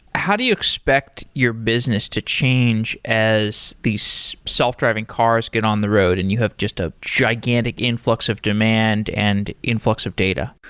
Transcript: how do you expect your business to change as these self driving cars get on the road and you have just a gigantic influx of demand and influx of data?